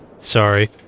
Sorry